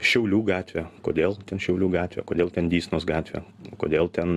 šiaulių gatvė kodėl ten šiaulių gatvė kodėl ten dysnos gatvė kodėl ten